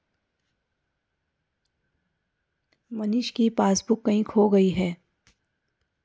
मनीष की पासबुक कहीं खो गई है